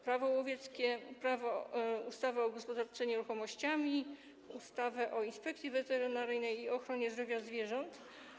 Prawo łowieckie, ustawę o gospodarce nieruchomościami, ustawę o Inspekcji Weterynaryjnej i ustawę o ochronie zdrowia zwierząt.